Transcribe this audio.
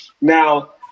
Now